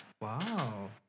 Wow